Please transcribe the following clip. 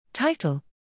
Title